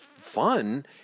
fun